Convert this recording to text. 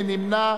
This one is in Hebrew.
מי נמנע?